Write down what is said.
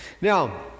Now